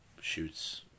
shoots